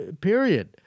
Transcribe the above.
period